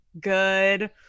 good